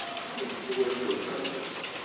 um how many people wish to address this?